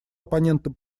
оппонентом